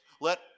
Let